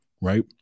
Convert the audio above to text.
Right